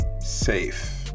Safe